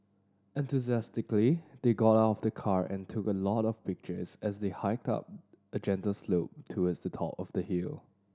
enthusiastically they got out of the car and took a lot of pictures as they hiked up a gentle slope towards the top of the hill